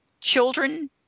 children